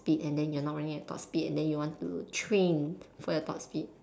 speed and then you're not running at top speed and then you want to train for you top speed